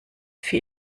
für